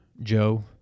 Joe